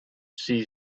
see